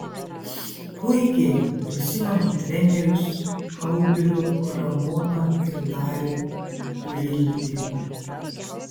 puikiai prisimenu trenerius audrių ramoną ir darių gvildį